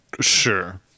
Sure